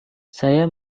saya